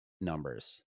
numbers